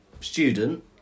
student